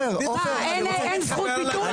סליחה, אין זכות ביטוי?